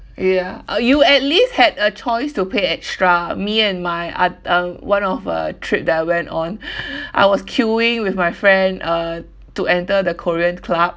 ya uh you at least had a choice to pay extra me and my other one of a trip that I went on I was queuing with my friend uh to enter the korean club